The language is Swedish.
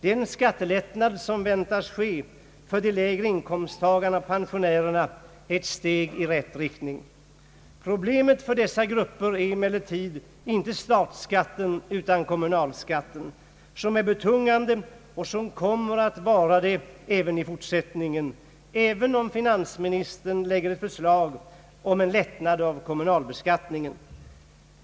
Den skattelättnad som väntas för de lägre inkomsttagarna och pensionärerna är ett steg i rätt riktning. Problemet för dessa grupper är emel lertid inte statsskatten utan kommunalskatten, som är betungande och som kommer att vara det också i fortsättningen, även om finansministern lägger fram ett förslag som innebär en lättnad av kommunalbeskattningen för dessa grupper.